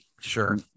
sure